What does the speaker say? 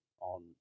on